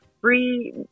free